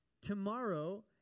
tomorrow